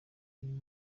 always